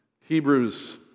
Hebrews